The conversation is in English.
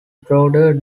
broader